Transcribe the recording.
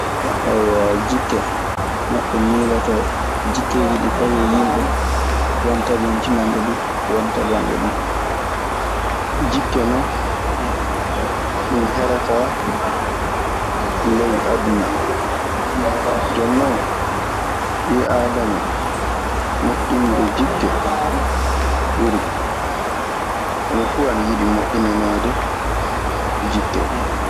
Ayiwa gikke, neɗɗo miiloto gikkeeji heɗi fawi e yimɓe, won tabintinaɗe du, won taƴaaɗe du. Jikke, nden non, ɗun herataa ley aduna. Jooni non ɓii aadama, moƴƴinde gikke ɓuri. Homo fuu ana yiɗi moƴƴinaneede jikke.